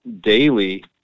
daily